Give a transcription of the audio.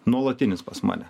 nuolatinis pas mane